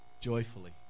joyfully